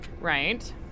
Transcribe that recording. Right